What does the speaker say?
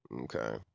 Okay